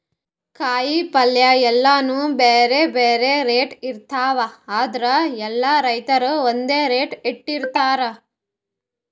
ಕಾಯಿಪಲ್ಯ ಎಲ್ಲಾನೂ ಬ್ಯಾರೆ ಬ್ಯಾರೆ ರೇಟ್ ಇರ್ತವ್ ಆದ್ರ ಎಲ್ಲಾ ರೈತರ್ ಒಂದ್ ರೇಟ್ ಇಟ್ಟಿರತಾರ್